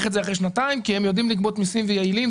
את זה אחרי שנתיים כי הם יודעים לגבות מיסים והם יעילים,